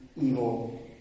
evil